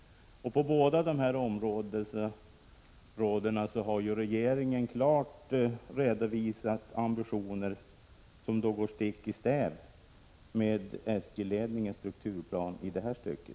På båda dessa områden har ju regeringen redovisat ambitioner som går stick i stäv mot SJ-ledningens strukturplan i detta stycke.